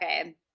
okay